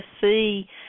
see